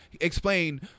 explain